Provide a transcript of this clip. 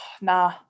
nah